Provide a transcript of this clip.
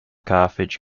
carthage